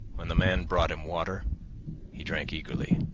when the man brought him water he drank eagerly,